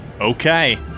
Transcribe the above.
Okay